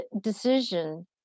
decision